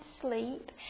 sleep